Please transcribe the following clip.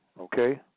okay